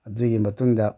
ꯑꯗꯨꯒꯤ ꯃꯇꯨꯡꯗ